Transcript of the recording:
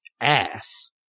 ass